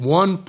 one